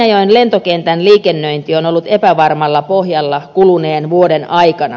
seinäjoen lentokentän liikennöinti on ollut epävarmalla pohjalla kuluneen vuoden aikana